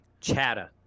chatter